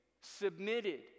submitted